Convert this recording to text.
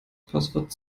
passwort